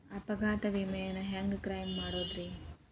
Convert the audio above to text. ಅಪಘಾತ ವಿಮೆನ ಹ್ಯಾಂಗ್ ಕ್ಲೈಂ ಮಾಡೋದ್ರಿ?